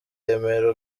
remera